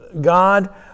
God